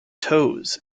toes